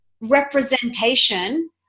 representation